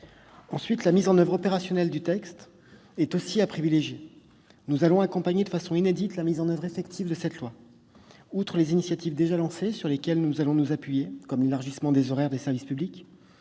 disposition. La mise en oeuvre opérationnelle du texte est aussi à privilégier. Ainsi, nous allons accompagner de façon inédite la mise en oeuvre effective de la loi. Outre les initiatives déjà lancées sur lesquelles nous allons nous appuyer, comme l'élargissement des horaires des services publics,